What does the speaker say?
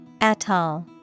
Atoll